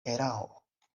erao